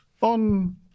On